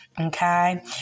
Okay